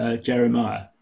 Jeremiah